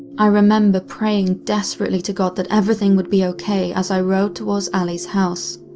i remember praying desperately to god that everything would be okay as i rode towards allie's house.